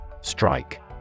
Strike